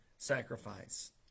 sacrifice